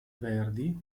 verdi